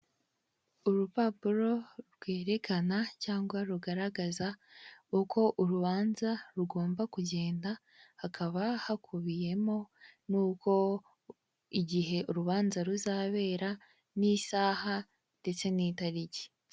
Urupapuro rwerekana cyangwa rugaragaza uko urubanza rugomba kugenda, hakaba hakubiyemo n'ubwo igihe urubanza ruzabera n'isaaha ndetse n'itariki.